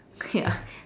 ya